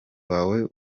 wawe